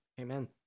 amen